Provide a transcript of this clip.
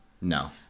No